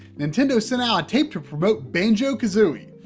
nintendo sent out a tape to promote banjo-kazooie.